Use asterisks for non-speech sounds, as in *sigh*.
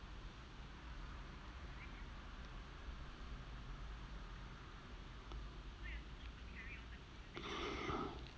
*noise*